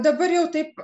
dabar jau taip